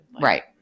right